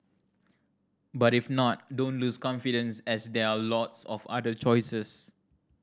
but if not don't lose confidence as there are lots of other choices